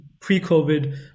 pre-COVID